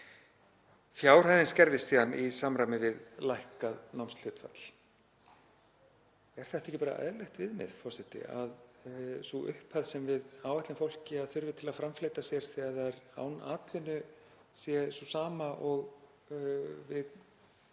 Fjárhæðin skerðist síðan í samræmi við lækkað námshlutfall. Er þetta ekki bara eðlilegt viðmið, forseti, að sú upphæð sem við áætlum að fólk þurfi til að framfleyta sér þegar það er án atvinnu sé sú sama og við